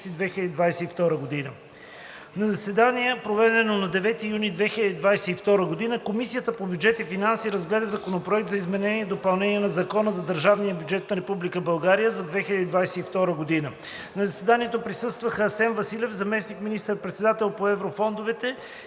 2022 г. На заседание, проведено на 9 юни 2022 г., Комисията по бюджет и финанси разгледа Законопроект за изменение и допълнение на Закона за държавния бюджет на Република България за 2022 г. На заседанието присъстваха: Асен Василев – заместник министър-председател по еврофондовете и